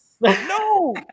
no